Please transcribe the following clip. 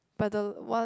but the one